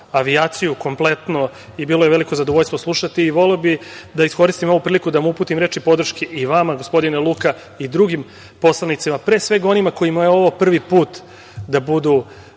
avijaciju kompletno. Bilo je veliko zadovoljstvo slušati. Voleo bih da iskoristim ovu priliku da vam uputim reči podrške i vama gospodine Luka i drugim poslanicima, pre svega onima kojima je ovo prvi put da budu